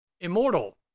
Immortal